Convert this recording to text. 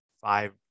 five